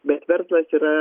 bet verslas yra